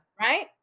Right